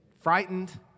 frightened